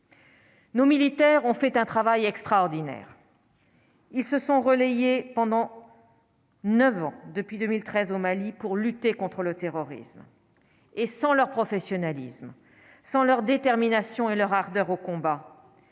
nos militaires ont fait un travail extraordinaire, ils se sont relayés pendant 9 ans, depuis 2013 au Mali pour lutter contre le terrorisme et sans leur professionnalisme sans leur détermination et leur ardeur au combat